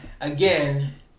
again